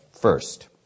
First